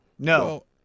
No